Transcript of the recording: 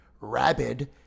Rabid